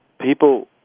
people